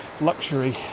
luxury